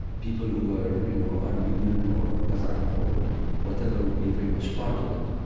people who are you know armenian or cossack or whatever would be very much part of it